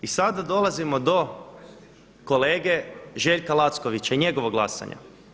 I sada dolazimo do kolege Željka Lackovića i njegovog glasovanja.